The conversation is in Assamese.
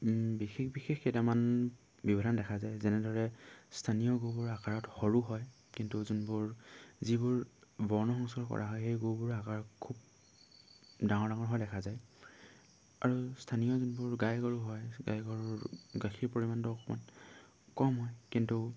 বিশেষ বিশেষ কেইটামান ব্যৱধান দেখা যায় যেনেদৰে স্থানীয় গৰুবোৰ আকাৰত সৰু হয় কিন্তু যোনবোৰ যিবোৰ বৰ্ণসংসৰ কৰা হয় সেই গৰুবোৰ আকাৰত খুব ডাঙৰ ডাঙৰ হোৱা দেখা যায় আৰু স্থানীয় যোনবোৰ গাই গৰু হয় গাই গৰুৰ গাখীৰ পৰিমাণটো অকণমান কম হয় কিন্তু